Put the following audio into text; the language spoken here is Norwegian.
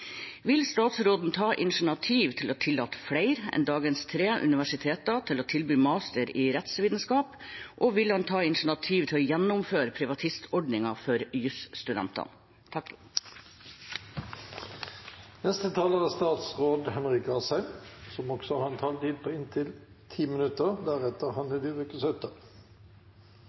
Vil statsråden ta initiativ til å tillate flere enn dagens tre universiteter å tilby master i rettsvitenskap, og vil han ta initiativ til å gjeninnføre privatistordningen for jusstudenter? Jeg er helt enig med representanten Hanne Dyveke Søttar i at det er